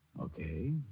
Okay